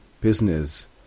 business